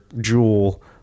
jewel